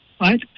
right